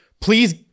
please